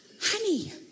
Honey